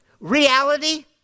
reality